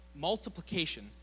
multiplication